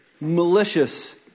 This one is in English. malicious